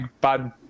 bad